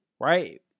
right